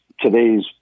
today's